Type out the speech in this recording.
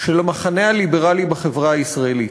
של המחנה הליברלי בחברה הישראלית,